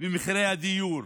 ומחירי הדיור.